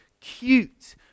cute